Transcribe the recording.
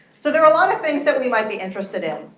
so there are a lot of things that we might be interested in.